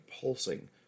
pulsing